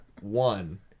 one